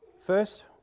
first